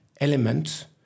element